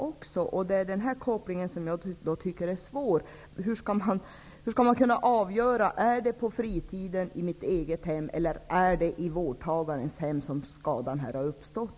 Jag tycker att den kopplingen är svår. Hur skall man avgöra om det är i mitt eget hem eller i vårdtagarens hem som skadan har uppstått?